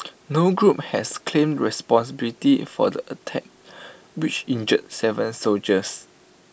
no group has claimed responsibility for the attacks which injured Seven soldiers